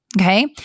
okay